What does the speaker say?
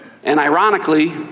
and ironically.